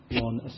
one